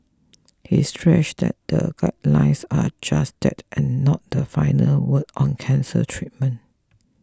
he stressed that the guidelines are just that and not the final word on cancer treatment